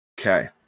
Okay